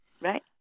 right